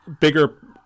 bigger